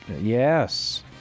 Yes